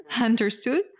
Understood